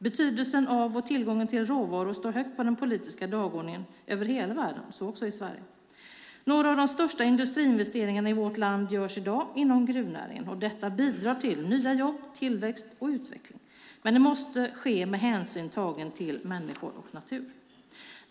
Betydelsen av och tillgången till råvaror står högt på den politiska dagordningen över hela världen - så också i Sverige. Några av de största industriinvesteringarna i vårt land görs i dag inom gruvnäringen. Detta bidrar till nya jobb, tillväxt och utveckling. Men det måste ske med hänsyn tagen till människor och natur.